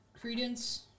credence